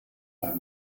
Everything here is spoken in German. bei